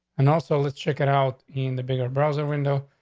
and also, let's check it out in the bigger browser window.